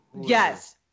Yes